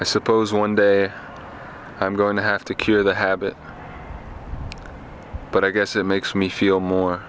i suppose one day i'm going to have to cure the habit but i guess it makes me feel more